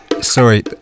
Sorry